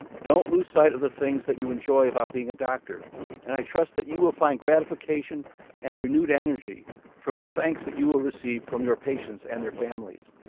don't lose sight of the things that you enjoy about being a doctor and i trust that you will find gratification and renewed energy from the thanks you will receive from your patients and their families.